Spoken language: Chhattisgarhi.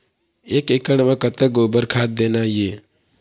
एक एकड़ म कतक गोबर खाद देना ये?